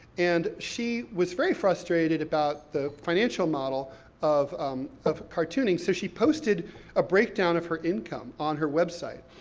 and she was very frustrated about the financial model of um of cartooning, so she posted a breakdown of her income on her website.